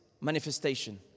manifestation